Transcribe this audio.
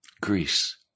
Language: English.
Greece